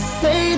say